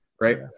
Right